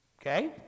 okay